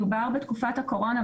דובר בתקופת הקורונה,